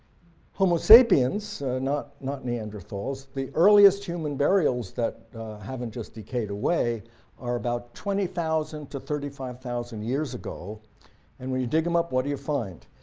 homo sapiens, not not neanderthals, the earliest human burials that haven't just decayed away are about twenty thousand to thirty five thousand years ago and when you dig them up what do you find?